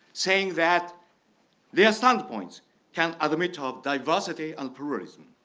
saying that they are standpoints can admit ah of diversity and tourism.